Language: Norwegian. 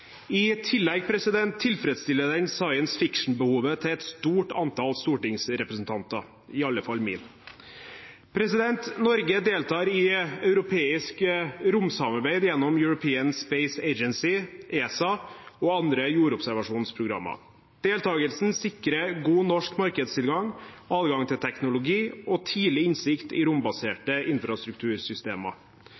I tillegg tilfredsstiller den sciencefictionbehovet til et stort antall stortingsrepresentanter, i alle fall mitt. Norge deltar i europeisk romsamarbeid gjennom European Space Agency, ESA, og andre jordobservasjonsprogrammer. Deltakelsen sikrer god norsk markedstilgang, adgang til teknologi og tidlig innsikt i